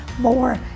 more